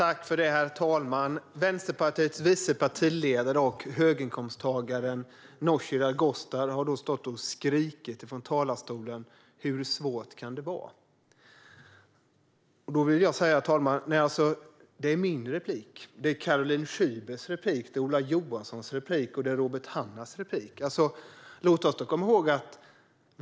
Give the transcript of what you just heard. Herr talman! Vänsterpartiets vice partiledare, höginkomsttagaren Nooshi Dadgostar, har nu stått och skrikit från talarstolen: Hur svårt kan det vara? Då vill jag säga att de orden faktiskt är min replik. Det är Caroline Szybers, Ola Johanssons och Robert Hannahs replik.